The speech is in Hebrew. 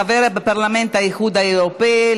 החבר בפרלמנט האיחוד האירופי,